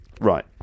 right